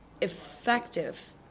effective